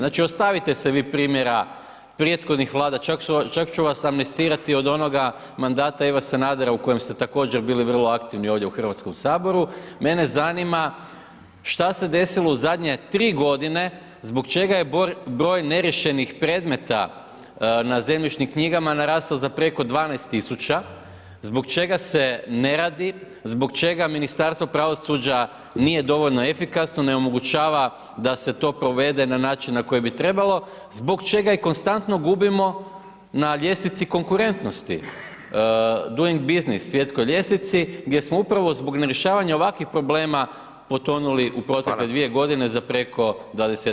Znači ostavite se vi primjera prethodnih Vlada, čak ću vas amnestirati od onoga mandata Ive Sanadera u kojem ste također bili vrlo aktivni ovdje u Hrvatskom saboru, mene zanima šta se desilo u zadnje 3 godine zbog čega je broj neriješenih predmeta na zemljišnim knjigama narastao za preko 12 tisuća, zbog čega se ne radi, zbog čega Ministarstvo pravosuđa nije dovoljno efikasno, ne omogućava da se to provede na način na koji bi trebalo, zbog čega i konstantno gubimo na ljestvici konkurentnosti doing business svjetskoj ljestvici gdje smo upravo zbog nerješavanja ovakvih problema potonuli u protekle 2 godine za preko 20-ak mjesta.